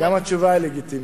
גם התשובה היא לגיטימית.